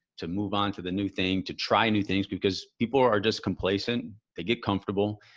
to move on to the new thing, to try new things, because people are just complacent, they get comfortable.